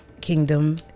kingdom